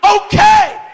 okay